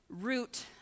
root